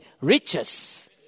riches